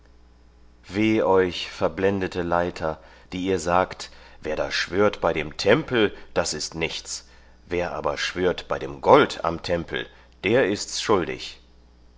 weh euch verblendete leiter die ihr sagt wer da schwört bei dem tempel das ist nichts wer aber schwört bei dem gold am tempel der ist's schuldig